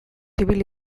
ibili